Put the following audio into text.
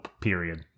period